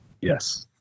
Yes